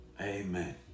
Amen